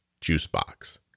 juicebox